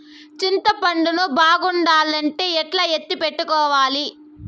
చింతపండు ను బాగుండాలంటే ఎట్లా ఎత్తిపెట్టుకోవాలి?